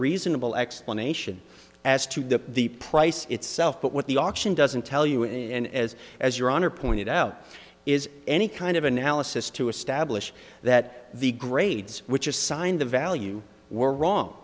reasonable explanation as to the the price itself but what the auction doesn't tell you and as as your honor pointed out is any kind of analysis to establish that the grades which was signed the value were wrong